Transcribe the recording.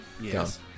Yes